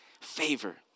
favor